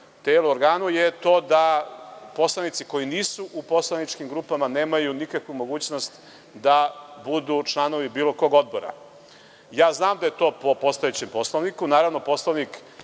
u ovom telu, da poslanici koji nisu u poslaničkim grupama nemaju tu mogućnost da budu članovi bilo kog odbora. Znam da je to po postojećem Poslovniku. Naravno, Poslovnik